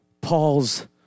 Paul's